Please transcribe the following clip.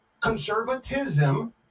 conservatism